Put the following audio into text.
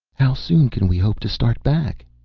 how soon can we hope to start back?